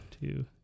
two